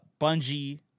Bungie